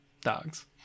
Dogs